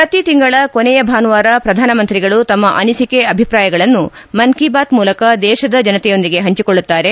ಪ್ರತಿ ತಿಂಗಳ ಕೊನೆಯ ಭಾನುವಾರ ಪ್ರಧಾನಮಂತ್ರಿಗಳು ತಮ್ಮ ಅನಿಸಿಕೆ ಅಭಿಪ್ರಾಯಗಳನ್ನು ಮನ್ ಕಿ ಬಾತ್ ಮೂಲಕ ದೇತದ ಜನತೆಯೊಂದಿಗೆ ಹಂಚಿಕೊಳ್ಳುತ್ತಾರೆ